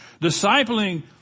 Discipling